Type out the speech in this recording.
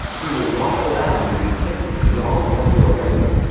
who will not allow you to be tempted beyond what you are able,